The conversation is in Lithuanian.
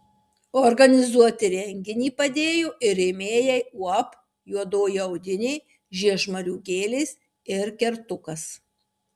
organizuoti renginį padėjo ir rėmėjai uab juodoji audinė žiežmarių gėlės ir kertukas